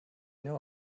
know